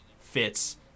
fits